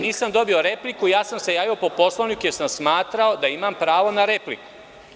Nisam dobio repliku, ja sam se javio po Poslovniku, jer sam smatrao da imam pravo na repliku.